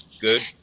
good